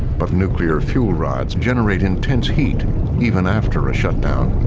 but nuclear fuel rods generate intense heat even after a shutdown,